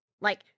Like-